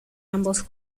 ambos